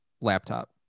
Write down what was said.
laptop